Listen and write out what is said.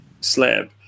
slab